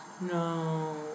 No